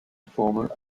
former